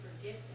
forget